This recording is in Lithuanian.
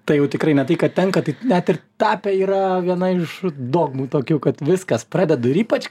tai jau tikrai ne tai kad tenka tik net ir tapę yra viena iš dogmų tokių kad viskas pradedu ir ypač